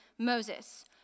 Moses